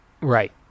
Right